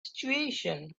situation